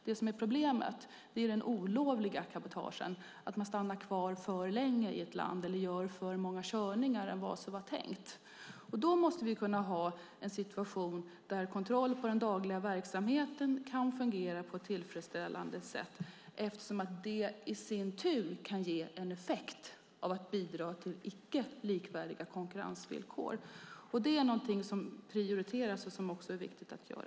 Det som är problemet är olovlig cabotage, om man stannar kvar för länge i ett land eller gör fler körningar än vad som var tänkt. Då måste vi ha en situation där kontroll av den dagliga verksamheten kan fungera på ett tillfredsställande sätt, eftersom det i sin tur kan ge en effekt som icke likvärdiga konkurrensvillkor. Det är någonting som prioriteras och som det är viktigt att göra.